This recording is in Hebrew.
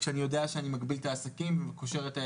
כשאני יודע שאני מגביל את העסקים וקושר להם את הידיים,